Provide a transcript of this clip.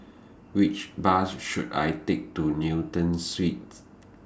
Which Bus should I Take to Newton Suites